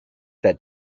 that